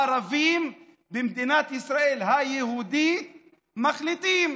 הערבים במדינת ישראל היהודית מחליטים